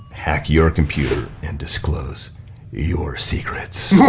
hack your computer and disclose your secrets.